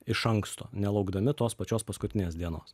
iš anksto nelaukdami tos pačios paskutinės dienos